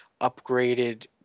upgraded